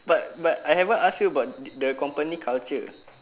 but but I haven't ask you about the company culture